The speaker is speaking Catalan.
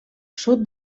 sud